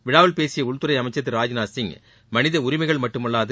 விழாவில் பேசிய உள்துறை அமைச்சர் திரு ராஜ்நாத் சிங் மனித உரிமைகள் மட்டுமல்லாது